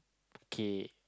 kay